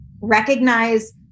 recognize